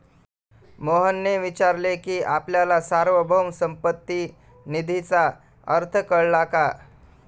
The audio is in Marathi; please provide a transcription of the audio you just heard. मोहनने विचारले की आपल्याला सार्वभौम संपत्ती निधीचा अर्थ कळला का?